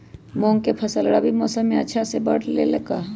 मूंग के फसल रबी मौसम में अच्छा से बढ़ ले का?